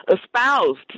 espoused